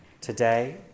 today